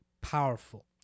powerful